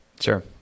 Sure